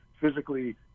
physically